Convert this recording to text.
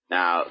Now